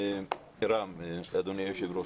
אדוני היושב-ראש,